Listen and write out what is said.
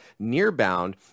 Nearbound